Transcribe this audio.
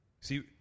See